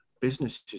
businesses